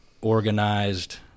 organized